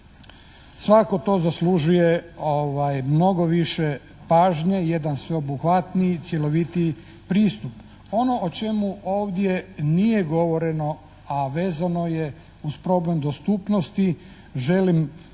Svakako to zaslužuje mnogo više pažnje, jedan sveobuhvatniji, cjelovitiji pristup. Ono o čemu ovdje nije govoreno, a vezano je uz problem dostupnosti, želim istaknuti